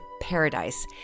paradise